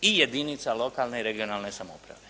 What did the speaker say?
i jedinica lokalne i regionalne samouprave.